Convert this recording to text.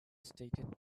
stated